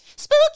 Spooky